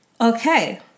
Okay